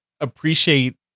appreciate